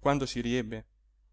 quando si riebbe